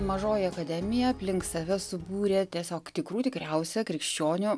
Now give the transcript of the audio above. mažoji akademija aplink save subūrė tiesiog tikrų tikriausią krikščionių